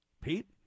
Pete